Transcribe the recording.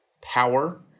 power